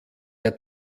der